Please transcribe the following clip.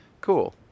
Cool